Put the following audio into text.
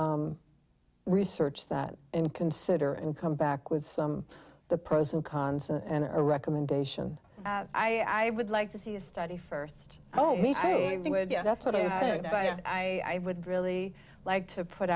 research that and consider and come back with the pros and cons and a recommendation i would like to see a study first oh yeah that's what i would really like to put